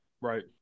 right